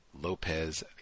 Lopez